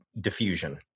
diffusion